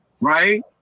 Right